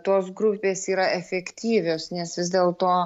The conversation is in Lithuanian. tos grupės yra efektyvios nes vis dėlto